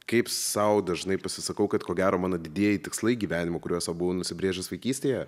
kaip sau dažnai pasisakau kad ko gero mano didieji tikslai gyvenimo kuriuos va buvo nusibrėžęs vaikystėje